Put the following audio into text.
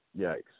Yikes